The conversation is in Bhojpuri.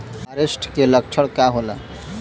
फारेस्ट के लक्षण का होला?